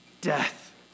death